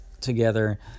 together